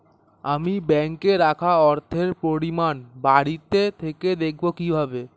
আমি ব্যাঙ্কে রাখা অর্থের পরিমাণ বাড়িতে থেকে দেখব কীভাবে?